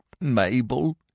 mabel